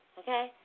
okay